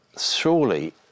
Surely